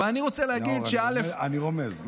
אבל אני רוצה להגיד, אני רומז.